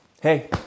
Hey